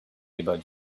about